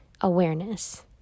awareness